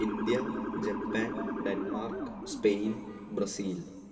India Japan Denmark Spain Brazil